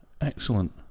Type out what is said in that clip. Excellent